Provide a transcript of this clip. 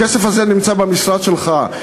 הכסף הזה נמצא במשרד שלך.